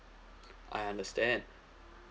I understand